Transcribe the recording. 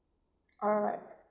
alright